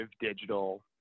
digital